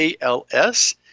ALS